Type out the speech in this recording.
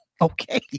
Okay